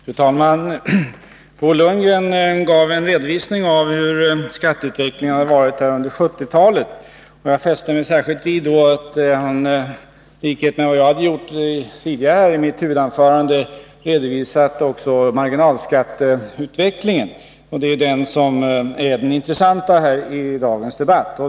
Fru talman! Bo Lundgren gav en redovisning av hur skatteutvecklingen har varit under 1970-talet. Jag fäste mig särskilt vid att han, i likhet med vad jag gjorde i mitt huvudanförande, också redovisade marginalskatteutvecklingen, som är det intressanta i dagens debatt.